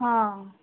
हां